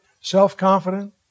self-confident